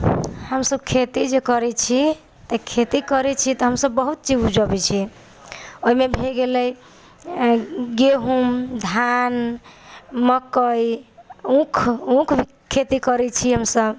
हमसब खेती जे करै छी तऽ खेती करै छी तऽ हमसब बहुत चीज उपजबै छियै ओहि मे भऽ गेलै गेहूम धान मकई ऊख ऊख भी खेती करै छी हमसब